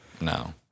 No